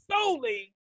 solely